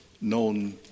known